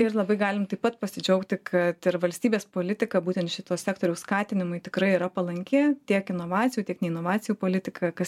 ir labai galim taip pat pasidžiaugti kad ir valstybės politika būtent šito sektoriaus skatinimui tikrai yra palanki tiek inovacijų tiek ne inovacijų politika kas